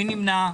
מי נמנע?